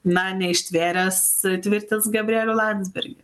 na neištvėręs tvirtins gabrielių landsbergį